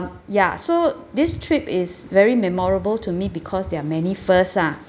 ya so this trip is very memorable to me because there are many first ah